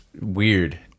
weird